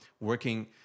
working